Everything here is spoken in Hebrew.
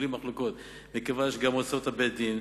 מכיוון שאוצרות בית-דין,